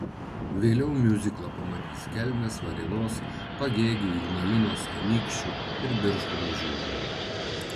vėliau miuziklą pamatys kelmės varėnos pagėgių ignalinos anykščių ir birštono žiūrovai